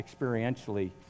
experientially